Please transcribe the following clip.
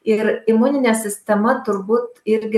ir imuninė sistema turbūt irgi